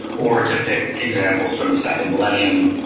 or to pick examples from the second millennium,